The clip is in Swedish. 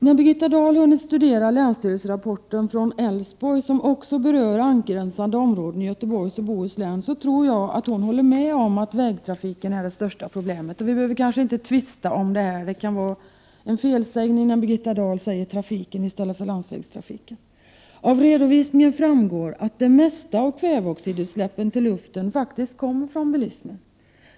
När Birgitta Dahl hunnit studera länsstyrelserapporten från Älvsborg, som också berör angränsande områden i Göteborgs och Bohus län, tror jag att hon håller med om att vägtrafiken är det största problemet. Vi behöver kanske inte här tvista om det — det kan vara en felsägning när Birgitta Dahl säger trafiken i stället för landsvägstrafiken. Av redovisningen framgår att det mesta av kväveoxidutsläppen till luften faktiskt kommer från bilismen.